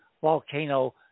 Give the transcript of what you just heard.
volcano